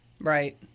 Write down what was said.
Right